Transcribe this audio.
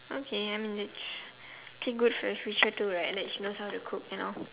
okay I mean it's too good for your future too right and that she knows how to cook you know